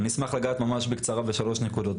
אני אשמח לגעת בקצרה בשלוש נקודות.